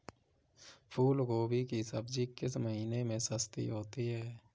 फूल गोभी की सब्जी किस महीने में सस्ती होती है?